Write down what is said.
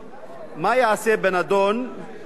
2. מה ייעשה להרחבת הכביש